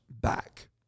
back